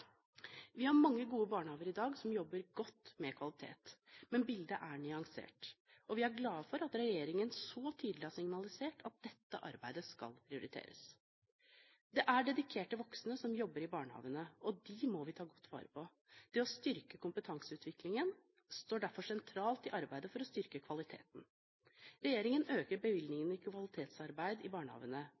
Vi har mange gode barnehager i dag som jobber godt med kvalitet, men bildet er nyansert. Vi er glad for at regjeringen så tydelig har signalisert at dette arbeidet skal prioriteres. Det er dedikerte voksne som jobber i barnehagene, og vi må ta godt vare på dem. Det å styrke kompetanseutviklingen står derfor sentralt i arbeidet for å styrke kvaliteten. Regjeringen øker bevilgningene til kvalitetsarbeid i barnehagene,